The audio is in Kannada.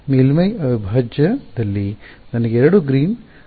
ಮೇಲ್ಮೈ ಅವಿಭಾಜ್ಯದಲ್ಲಿ ನನಗೆ ಎರಡು ಗ್ರೀನ್ ಕಾರ್ಯವಿದೆ